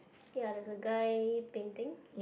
ya there's a guy painting